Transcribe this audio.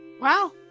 Wow